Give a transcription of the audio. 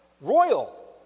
royal